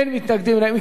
אין מתנגדים ואין נמנעים.